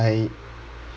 I